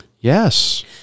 Yes